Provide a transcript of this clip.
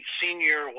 senior